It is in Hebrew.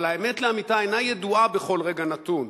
אבל האמת לאמיתה אינה ידועה בכל רגע נתון,